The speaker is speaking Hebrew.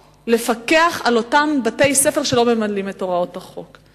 לפקח על אותם בתי-ספר שלא ממלאים את הוראות החוק.